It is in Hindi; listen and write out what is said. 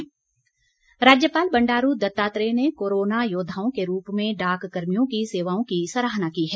राज्यपाल राज्यपाल बंडारू दत्तात्रेय ने कोरोना योद्दाओं के रूप में डाक कर्मियों की सेवाओं की सराहना की है